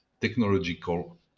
technological